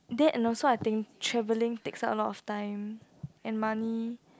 that and also I think travelling takes up a lot of time and money